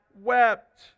wept